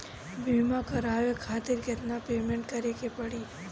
बीमा करावे खातिर केतना पेमेंट करे के पड़ी?